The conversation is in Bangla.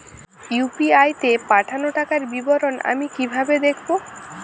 ইউ.পি.আই তে পাঠানো টাকার বিবরণ আমি কিভাবে দেখবো?